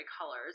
colors